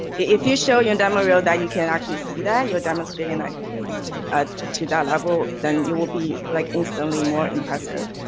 if you show your demo reel that you can actually see that you're demonstrating like ah to that level then you will be like instantly more impressive.